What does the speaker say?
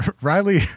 Riley